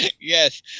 Yes